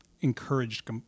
encouraged